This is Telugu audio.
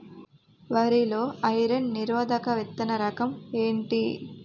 వరి లో ఐరన్ నిరోధక విత్తన రకం ఏంటి?